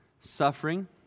suffering